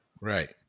Right